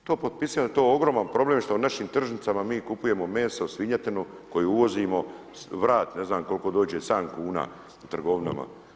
I to potpisivam, to je ogroman problem što na našim tržnicama mi kupujemo meso, svinjetinu koju uvozimo, vrat ne znam koliko dođe, 7 kuna u trgovinama.